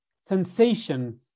sensation